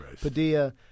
Padilla